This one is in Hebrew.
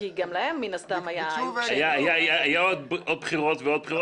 היו עוד בחירות ועוד בחירות.